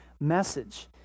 message